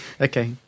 Okay